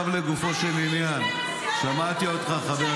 ההיסטוריה תשפוט את ההצבעה שלך.